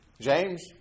James